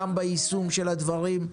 גם ביישום של הדברים,